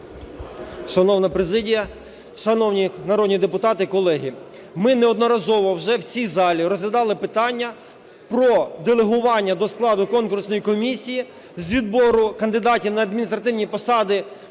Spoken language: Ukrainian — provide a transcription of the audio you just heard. Шановна президія, шановні народні депутати і колеги! Ми неодноразово вже в цій залі розглядали питання про делегування до складу конкурсної комісії з відбору кандидатів на адміністративні посади